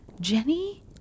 Jenny